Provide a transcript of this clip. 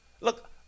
Look